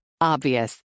Obvious